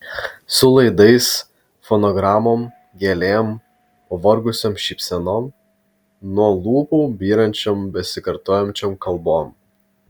su laidais fonogramom gėlėm pavargusiom šypsenom nuo lūpų byrančiom besikartojančiom kalbom